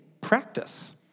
practice